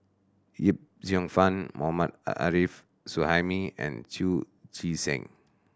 Yip Cheong Fun Mohammad Arif Suhaimi and Chu Chee Seng